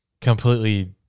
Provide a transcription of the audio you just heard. completely